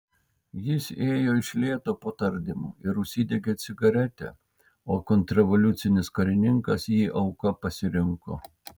jis ėjo iš lėto po tardymo ir užsidegė cigaretę o kontrrevoliucinis karininkas jį auka pasirinko